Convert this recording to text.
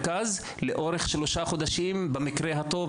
למרכז לאורך שלושה חודשים במקרה הטוב,